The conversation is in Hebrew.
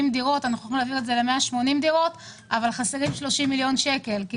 דירות ל-180 דירות אבל חסרים 30 מיליוני שקלים.